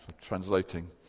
Translating